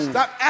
Stop